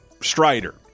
Strider